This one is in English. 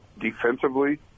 defensively